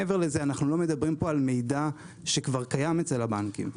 מעבר לזה אנחנו לא מדברים פה על מידע שכבר קיים אצל הבנקים.